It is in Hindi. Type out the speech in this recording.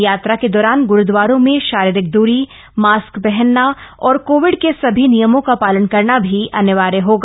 यात्रा के दौरान ग्रूदवारों में शारीरिक द्वरी मास्क पहनना और कोविड के सभी नियमों का पालन करना भी अनिवार्य होगा